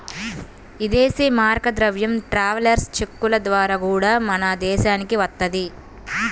ఇదేశీ మారక ద్రవ్యం ట్రావెలర్స్ చెక్కుల ద్వారా గూడా మన దేశానికి వత్తది